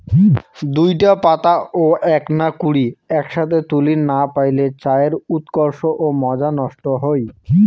দুইটা পাতা ও এ্যাকনা কুড়ি এ্যাকসথে তুলির না পাইলে চায়ের উৎকর্ষ ও মজা নষ্ট হই